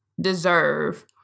deserve